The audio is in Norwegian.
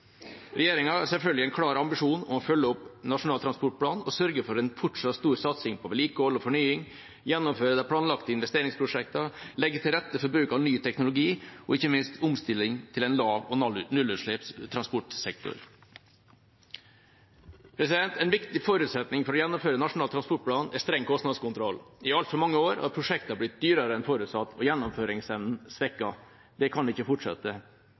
Regjeringa har selvfølgelig en klar ambisjon om å følge opp Nasjonal transportplan og sørge for en fortsatt stor satsing på vedlikehold og fornying, gjennomføre de planlagte investeringsprosjektene, legge til rette for bruk av ny teknologi og ikke minst omstilling til en lav- og nullutslippstransportsektor. En viktig forutsetning for å gjennomføre Nasjonal transportplan er streng kostnadskontroll. I altfor mange år har prosjekter blitt dyrere enn forutsatt og gjennomføringsevnen svekket – det kan ikke fortsette.